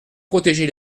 protéger